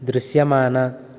దృశ్యమాన